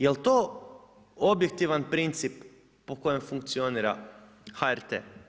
Jel to objektivan princip po kojem funkcionira HRT?